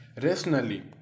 rationally